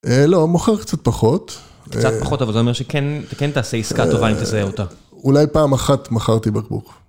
לא, מוכר קצת פחות. קצת פחות, אבל זה אומר שכן תעשה עסקה טובה אם תזהה אותה. אולי פעם אחת מכרתי בקבוק.